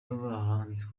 w’abahanzi